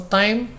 time